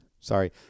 Sorry